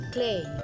Clay